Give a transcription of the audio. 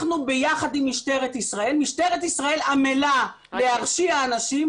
משטרת ישראל עמלה להרשיע אנשים,